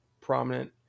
prominent